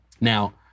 Now